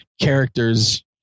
characters